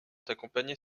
d’accompagner